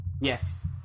Yes